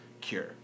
cure